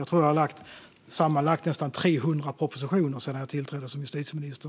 Jag tror att jag har lagt fram sammanlagt nästan 300 propositioner sedan jag tillträdde som justitieminister.